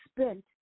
spent